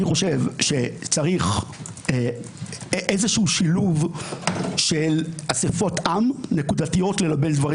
אני חושב שצריך איזשהו שילוב של אספות-עם נקודתיות ללבן דברים